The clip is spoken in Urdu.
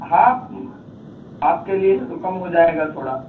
ہاں آپ کے لیے ہے تو کم ہو جائے گا تھوڑا